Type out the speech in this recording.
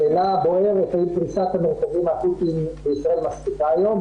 השאלה באילו מרכזים פריסת המרכזים האקוטיים בישראל מספיקה היום,